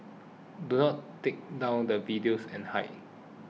do not take down the videos and hide